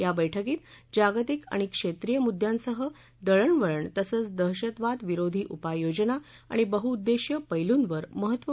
या बैठकीत जागतिक आणि क्षेत्रीय मुद्द्यांसह दळणवळण तसंच दहशतवाद विरोधी उपाययोजना आणि बहुउद्देशीय पैलूंवर महत्त्वपूर्ण चर्चा झाली